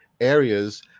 areas